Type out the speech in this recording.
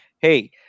hey